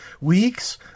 weeks